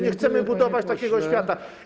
nie chcemy budować takiego świata.